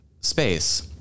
space